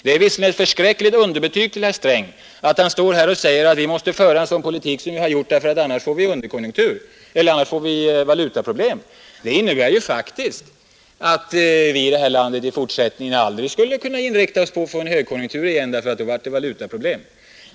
Det är ett törfärligt underbetyg för herr Sträng att han står här och säger, att vi måste föra en sådan politik som vi har gjort för att vi har att välja underkonjunktur eller valutaproblem. Det innebär faktiskt att vi i detta land i fortsättningen aldrig skulle kunna inrikta oss på att få en högkonjunktur igen, för att det då skulle bli valutaproblem.